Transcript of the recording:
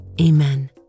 Amen